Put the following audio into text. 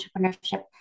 entrepreneurship